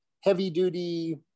heavy-duty